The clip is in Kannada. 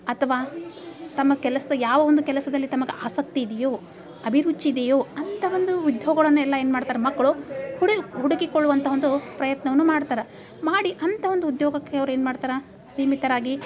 ಅಥವಾ ತಮ್ಮ ಕೆಲ್ಸ್ದಾಗ ಯಾವ ಒಂದು ಕೆಲಸದಲ್ಲಿ ತಮಗೆ ಆಸಕ್ತಿ ಇದೆಯೋ ಅಭಿರುಚಿ ಇದೆಯೊ ಅಂಥ ಒಂದು ಉದ್ಯೋಗಗಳನ್ನ ಎಲ್ಲ ಏನು ಮಾಡ್ತಾರೆ ಮಕ್ಕಳು ಹುಡಿ ಹುಡುಕಿಕೊಳ್ಳುವಂಥ ಒಂದು ಪ್ರಯತ್ನವನ್ನು ಮಾಡ್ತಾರೆ ಮಾಡಿ ಅಂಥ ಒಂದು ಉದ್ಯೋಗಕ್ಕೆ ಅವ್ರು ಏನು ಮಾಡ್ತಾರೆ ಸೀಮಿತರಾಗಿ